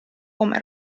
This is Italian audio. come